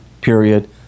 period